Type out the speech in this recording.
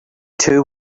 two